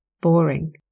boring